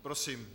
Prosím.